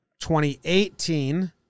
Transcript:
2018